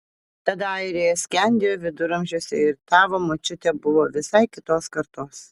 tada airija skendėjo viduramžiuose ir tavo močiutė buvo visai kitos kartos